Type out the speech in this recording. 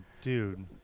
dude